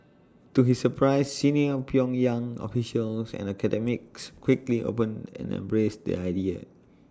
to his surprise senior pyongyang officials and academics quickly open and embraced the idea